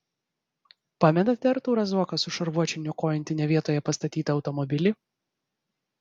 pamenate artūrą zuoką su šarvuočiu niokojantį ne vietoje pastatytą automobilį